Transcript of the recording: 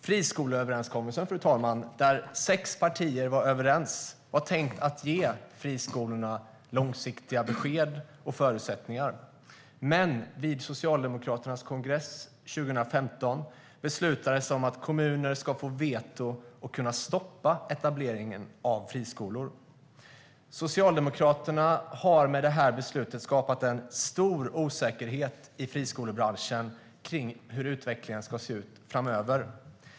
Friskoleöverenskommelsen, där sex partier var överens, var tänkt att ge friskolorna långsiktiga besked och förutsättningar. Men vid Socialdemokraternas kongress 2015 beslutades det att kommuner ska få veto och kunna stoppa etableringen av friskolor. Socialdemokraterna har med det här beslutet skapat en stor osäkerhet i friskolebranschen kring hur utvecklingen ska se ut framöver.